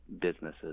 businesses